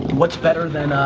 what's better than ah,